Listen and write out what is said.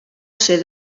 ser